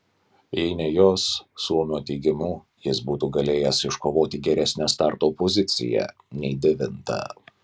jei ne jos suomio teigimu jis būtų galėjęs iškovoti geresnę starto poziciją nei devinta